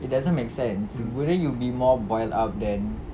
it doesn't make sense wouldn't you be more boiled up then